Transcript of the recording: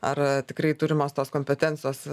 ar tikrai turimos tos kompetencijos